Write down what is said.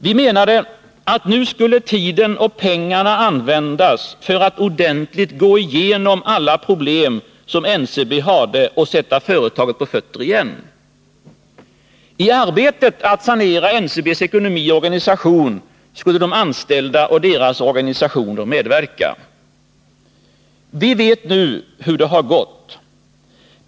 Vi menade att nu skulle tiden och pengarna användas för att ordentligt gå igenom alla problem som NCB hade och sätta företaget på fötter igen. I arbetet på att sanera NCB:s ekonomi och organisation skulle de anställda och deras organisationer medverka. Vi vet nu hur det har gått.